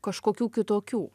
kažkokių kitokių